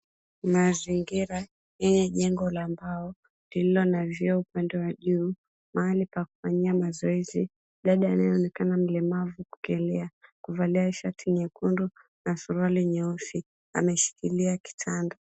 Mazingira, yenye jengo la mbao lililo na vioo upande wa juu, mahali pa kufanyia mazoezi, dada anayeonekana mlemavu kukelea, kuvalia shati nyekundu na suruali nyeusi, ameshikilia kitanda.